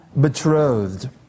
betrothed